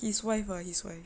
his wife ah his wife